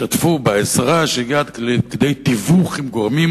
השתתפו בעזרה שהגיעה עד כדי תיווך עם גורמים